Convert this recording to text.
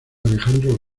alejandro